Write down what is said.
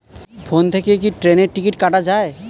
Phone থেকে কি ট্রেনের টিকিট কাটা য়ায়?